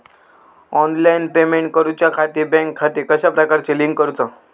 Online payment करुच्याखाती bank खाते कश्या प्रकारे लिंक करुचा?